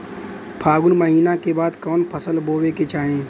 फागुन महीना के बाद कवन फसल बोए के चाही?